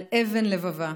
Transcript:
על אבן לבבה,